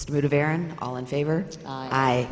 spirit of all in favor i